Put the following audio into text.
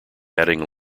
adding